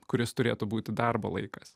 kuris turėtų būti darbo laikas